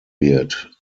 wird